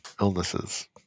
illnesses